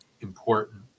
important